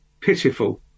pitiful